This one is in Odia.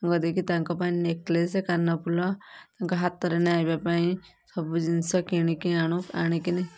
ରଙ୍ଗ ଦେଇକି ପାଇଁ ନେକଲେସେ କାନଫୁଲ ତାଙ୍କ ହାତରେ ନାଇବା ପାଇଁ ସବୁ ଜିନିଷ କିଣିକି ଆଣୁ ଆଣିକିନି